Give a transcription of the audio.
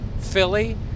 Philly